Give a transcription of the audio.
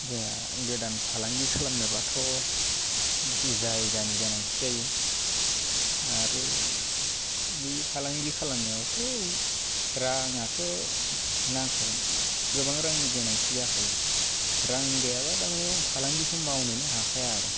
जोंहा गोदान फालांगि खालामनोबाथ' मोनसे जायगानि गोनांथि जायो आरो बे फालांगि खालामनायावथ' राङाथ' नांखागोन गोबां रांनि गोनांथि जाखायो रां गैयाबा दा माने फालांगिखौ मावनोनो हाखाया आरो